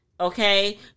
Okay